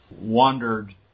wandered